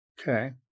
Okay